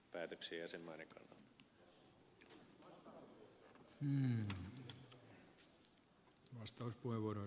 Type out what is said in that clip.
arvoisa herra puhemies